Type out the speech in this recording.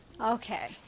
Okay